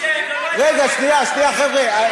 רגע, שנייה, חבר'ה.